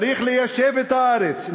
צריך ליישב את הארץ,